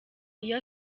iyo